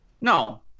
No